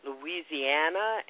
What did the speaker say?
Louisiana